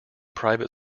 private